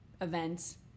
events